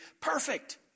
perfect